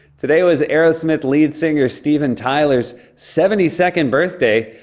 today was aerosmith lead singer steven tyler's seventy second birthday.